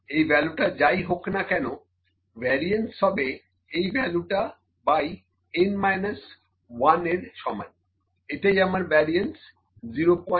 এই ভ্যালুটা যাই হোক না কেন ভ্যারিয়েন্স হবে এই ভ্যালুটা বাই n 1 এর সমান এটাই আমার ভ্যারিয়েন্স 0004